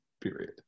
period